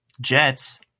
Jets